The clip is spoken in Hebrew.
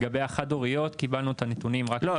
לגבי החד הוריות קיבלנו את הנתונים -- לא,